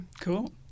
cool